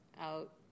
out